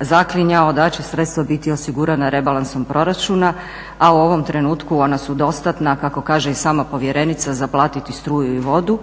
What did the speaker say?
zaklinjao da će sredstva biti osigurana rebalansom proračuna, a u ovom trenutku ona su dostatna kako kaže i sama povjerenica, za platiti struju i vodu.